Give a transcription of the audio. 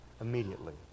Immediately